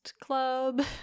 club